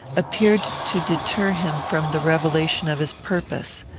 appeared to deter him from the revelation of his purpose.